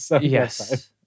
Yes